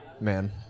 man